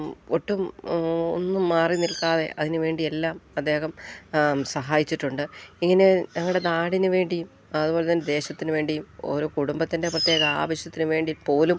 ഒട്ടും ഒന്നും മാറിനിൽക്കാതെ അതിനുവേണ്ടിയെല്ലാം അദ്ദേഹം സഹായിച്ചിട്ടുണ്ട് ഇങ്ങനെ ഞങ്ങളുടെ നാടിന് വേണ്ടിയും അതുപോലെ തന്നെ ദേശത്തിന് വേണ്ടിയും ഓരോ കുടുംബത്തിൻ്റെയും പ്രത്യേക ആവശ്യത്തിന് വേണ്ടി പോലും